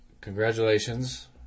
congratulations